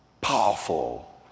powerful